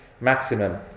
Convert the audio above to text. maximum